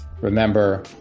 Remember